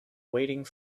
waiting